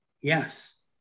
yes